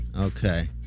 Okay